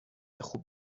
خوب